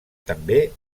també